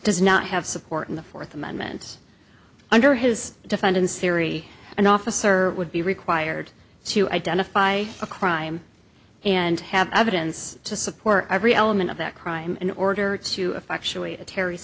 does not have support in the fourth amendment under his defendant's theory an officer would be required to identify a crime and have evidence to support every element of that crime in order to effectuate a terr